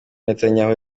netanyahu